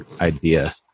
idea